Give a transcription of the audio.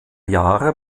jahre